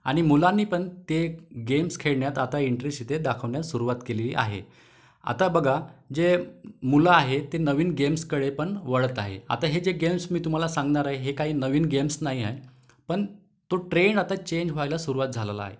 आणि मुलांनी पण ते गेम्स खेळण्यात आता इंटरेस्ट इथे दाखवण्यास सुरवात केलेली आहे आता बघा जे मुलं आहे ते नवीन गेम्सकडे पण वळत आहे आता हे जे गेम्स मी तुम्हाला सांगणार आहे हे काही नवीन गेम्स नाही आहे पण तो ट्रेंण आता चेंज व्हायला सुरवात झालेली आहे